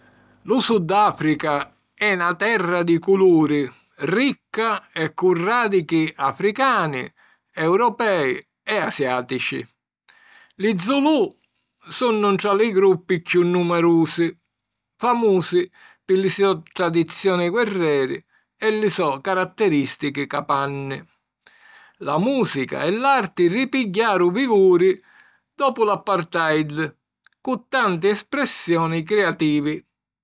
Lu Sudàfrica è na terra di culuri, ricca e cu ràdichi africani, europei e asiàtici. Li Zulù sunnu ntra li gruppi chiù numerusi, famusi pi li so' tradizioni guerreri e li so' caratterìstichi capanni. La mùsica e l’arti ripigghiaru viguri dopu l’apartheid, cu tanti espressioni criativi.